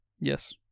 yes